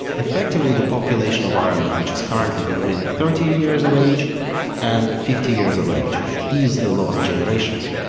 effectively the population of ireland which is currently between thirty years of age and fifty years of age is the lost generations.